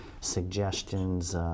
suggestions